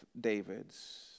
David's